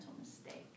mistake